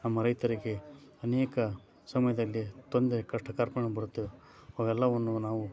ನಮ್ಮ ರೈತರಿಗೆ ಅನೇಕ ಸಮಯದಲ್ಲಿ ತೊಂದರೆ ಕಷ್ಟ ಕಾರ್ಪಣ್ಯಗಳು ಬರುತ್ತವೆ ಅವೆಲ್ಲವನ್ನು ನಾವು